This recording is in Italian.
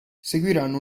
seguiranno